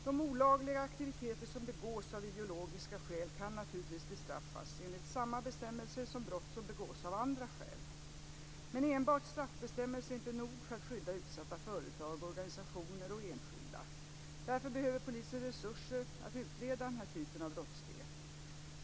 De olagliga aktiviteter som begås av ideologiska skäl kan naturligtvis bestraffas enligt samma bestämmelser som brott som begås av andra skäl. Men enbart straffbestämmelser är inte nog för att skydda utsatta företag, organisationer och enskilda. Därför behöver polisen resurser att utreda denna typ av brottslighet.